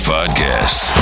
Podcast